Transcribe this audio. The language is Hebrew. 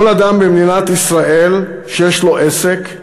כל אדם במדינת ישראל שיש לו עסק,